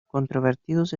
controvertidos